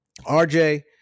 RJ